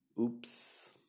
Oops